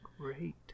great